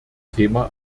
thema